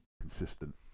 consistent